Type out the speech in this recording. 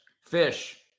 Fish